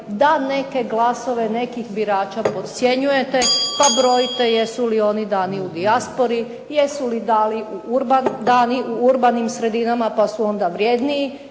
da neke glasove nekih birača podcjenjujete pa brojite jesu li oni dani u dijaspori, jesu li dani u urbanim sredinama pa su onda vrijedniji